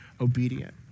obedient